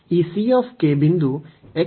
ಈ c k ಬಿಂದು x 0 ಮತ್ತು x 1 ನಡುವೆ ಇರುತ್ತದೆ